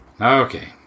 Okay